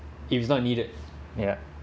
if‘s not needed ya